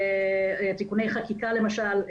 תיקוני חקיקה למשל,